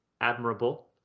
admirable